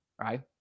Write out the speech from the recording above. right